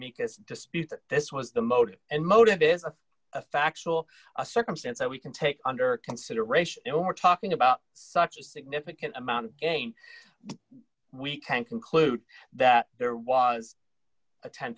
dispute that this was the motive and motive is a factual a circumstance that we can take under consideration and we're talking about such a significant amount of game we can conclude that there was a ten